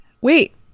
wait